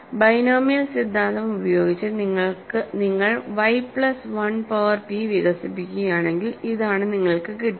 binomial സിദ്ധാന്തം ഉപയോഗിച്ച് നിങ്ങൾ y പ്ലസ് 1 പവർ പി വികസിപ്പിക്കുകയാണെങ്കിൽ ഇതാണ് നിങ്ങൾക്ക് കിട്ടുക